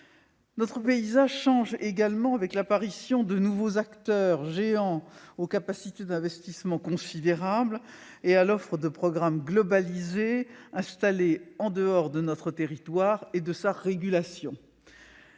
Notre paysage change également, avec l'apparition de nouveaux acteurs géants, aux capacités d'investissement considérables et à l'offre de programmes globalisée, installés en dehors de notre territoire et de sa régulation.